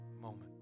moment